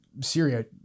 Syria